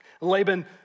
Laban